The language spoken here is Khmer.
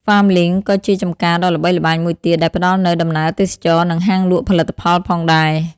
FarmLink ក៏ជាចម្ការដ៏ល្បីល្បាញមួយទៀត ដែលផ្តល់នូវដំណើរទេសចរណ៍ និងហាងលក់ផលិតផលផងដែរ ។